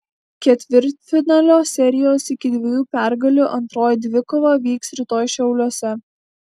ketvirtfinalio serijos iki dviejų pergalių antroji dvikova vyks rytoj šiauliuose